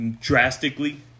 drastically